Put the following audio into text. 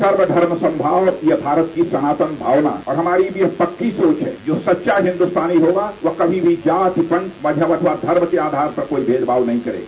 सर्वधर्म संभाव ये भारत की सनातन भावना और हमारी यह पक्की सोच है जो सच्चा हिन्दुस्तानी होगा कभी भी जाति वंश धर्म मजहब अथवा धर्म के आधार पर कोई भेदभाव नहीं करेगा